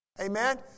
Amen